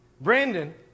Brandon